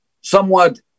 somewhat